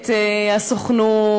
את הסוכנות,